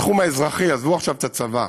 בתחום האזרחי, עזבו עכשיו את הצבא,